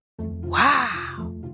Wow